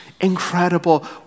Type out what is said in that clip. incredible